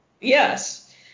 yes